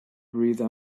breathe